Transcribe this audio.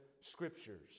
Scriptures